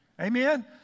Amen